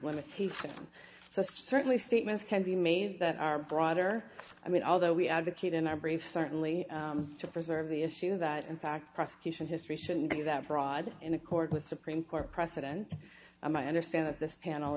limitation so certainly statements can be made that are broader i mean although we advocate in our brief certainly to preserve the issue that in fact prosecution history shouldn't be that broad in accord with supreme court precedents and i understand that this pan